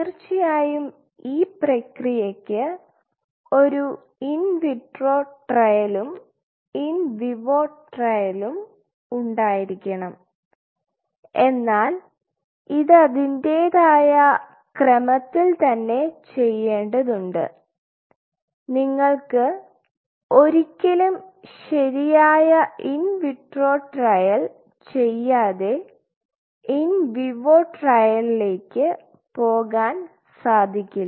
തീർച്ചയായും ഈ പ്രക്രിയയ്ക്ക് ഒരു ഇൻ വിട്രോ ട്രയലും ഇൻ വിവോ ട്രയലും ഉണ്ടായിരിക്കണം എന്നാൽ ഇത് അതിൻറെതായ ക്രമത്തിൽ തന്നെ ചെയ്യേണ്ടതുണ്ട് നിങ്ങൾക്ക് ഒരിക്കലും ശരിയായ ഇൻ വിട്രോ ട്രയൽ ചെയ്യാതെ ഇൻ വിവോ ട്രയലിലേക്ക് പോകാൻ സാധിക്കില്ല